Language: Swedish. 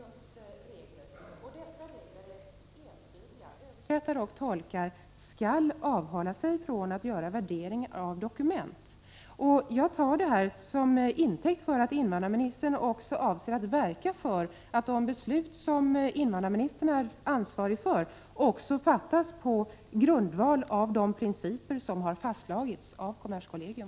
Herr talman! Invandrarministern fortsätter att hänvisa till kommerskollegiums regler. Dessa regler är entydiga: Översättare och tolkar skall avhålla sig från att göra värderingar av dokument. Jag tar detta till intäkt för att invandrarministern avser att verka för att de beslut som invandrarministern är ansvarig för också fattas på grundval av de principer som har fastslagits av kommerskollegium.